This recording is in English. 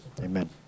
Amen